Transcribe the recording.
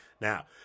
Now